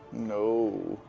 no.